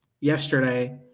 yesterday